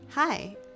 Hi